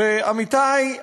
ועמיתי,